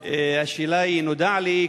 השאלה היא: נודע לי,